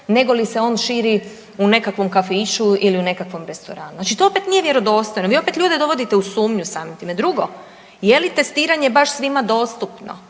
nego li se on širi u nekakvom kafiću ili u nekakvom restoranu. Znači to opet nije vjerodostojno. Vi opet ljude dovodite u sumlju samim time. Drugo, jeli testiranje baš svima dostupno.